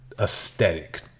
aesthetic